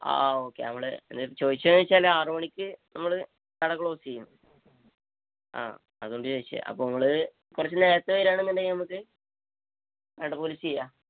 ആ ഓക്കെ നമ്മൾ ചോദിച്ചതെന്ന് വെച്ചാൽ ആറ് മണിക്ക് നമ്മൾ കട ക്ലോസ് ചെയ്യും ആ അതുകൊണ്ട് ചോദിച്ചതാ അപ്പം നമ്മൾ കുറച്ച് നേരത്തെ വരികയാണ് എന്നുണ്ടെങ്കിൽ നമുക്ക് വേണ്ട പോലെ ചെയ്യാം